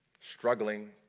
struggling